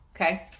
Okay